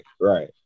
right